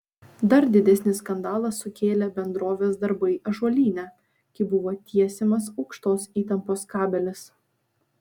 dar didesnį skandalą sukėlė bendrovės darbai ąžuolyne kai buvo tiesiamas aukštos įtampos kabelis